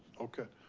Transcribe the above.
okay.